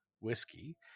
whiskey